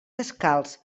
descalç